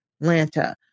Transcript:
Atlanta